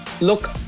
look